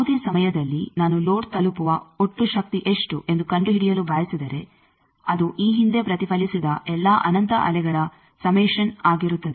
ಯಾವುದೇ ಸಮಯದಲ್ಲಿ ನಾನು ಲೋಡ್ ತಲುಪುವ ಒಟ್ಟು ಶಕ್ತಿ ಎಷ್ಟು ಎಂದು ಕಂಡುಹಿಡಿಯಲು ಬಯಸಿದರೆ ಅದು ಈ ಹಿಂದೆ ಪ್ರತಿಫಲಿಸಿದ ಎಲ್ಲಾ ಅನಂತ ಅಲೆಗಳ ಸಮೇಶನ್ ಆಗಿರುತ್ತದೆ